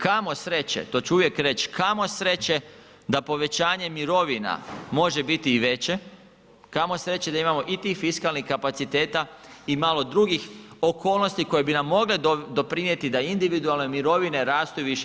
Kamo sreće, to ću uvijek reći, kamo sreće da povećanje mirovina može biti i veće, kamo sreće da imamo i tih fiskalnih kapaciteta i malo drugih okolnosti koje bi nam mogle doprinijeti da individualne mirovine rastu više.